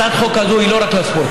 הצעת החוק הזאת היא לא רק לספורטאים,